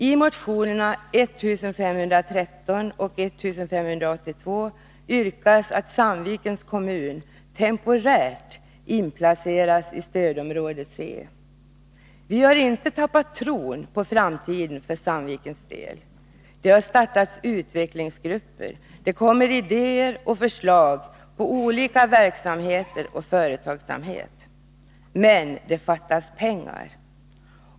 I motionerna 1513 och 1582 yrkas att Sandvikens kommun temporärt inplaceras i stödområde C. Vi har inte tappat tron på framtiden för Sandvikens del. Det har startats utvecklingsgrupper, det kommer idéer och förslag på olika verksamheter och olika slags företagsamhet. Men det fattas pengar.